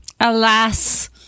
Alas